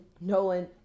Nolan